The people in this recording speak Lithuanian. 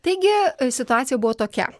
taigi situacija buvo tokia